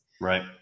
Right